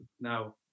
now